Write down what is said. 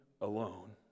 alone